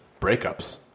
breakups